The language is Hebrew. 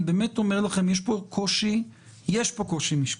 יש פה קושי משפטי.